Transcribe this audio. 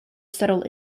settled